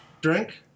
Drink